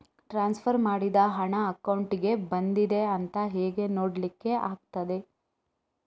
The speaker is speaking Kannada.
ಟ್ರಾನ್ಸ್ಫರ್ ಮಾಡಿದ ಹಣ ಅಕೌಂಟಿಗೆ ಬಂದಿದೆ ಅಂತ ಹೇಗೆ ನೋಡ್ಲಿಕ್ಕೆ ಆಗ್ತದೆ?